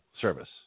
service